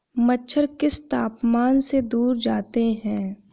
मच्छर किस तापमान से दूर जाते हैं?